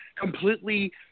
completely